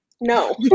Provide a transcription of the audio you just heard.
no